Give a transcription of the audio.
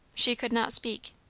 she could not speak.